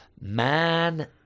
man